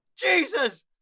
Jesus